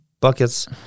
buckets